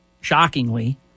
shockingly